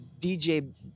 DJ